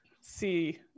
see